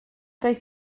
doedd